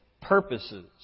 purposes